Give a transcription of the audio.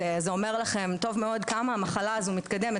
וזה אומר לכם טוב מאוד עד כמה המחלה הזו מתקדמת